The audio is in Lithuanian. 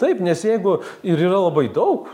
taip nes jeigu ir yra labai daug